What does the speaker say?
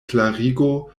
klarigo